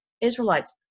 Israelites